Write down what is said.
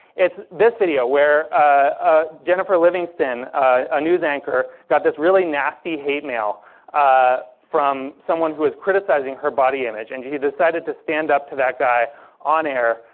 it's this video, where ah jennifer livingston, a news anchor, got this really nasty hate mail ah from someone who was criticizing her body image. and she decided to stand up to that guy on-air.